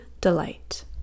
delight